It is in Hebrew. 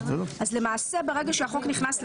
אז למעשה, ברגע שהחוק נכנס לתוקף,